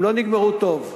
הם לא נגמרו טוב.